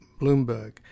Bloomberg